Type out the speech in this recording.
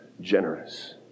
generous